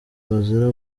bazira